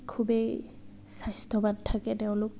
খুবেই স্বাস্থ্যৱান থাকে তেওঁলোক